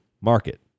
market